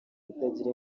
itagira